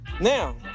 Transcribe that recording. Now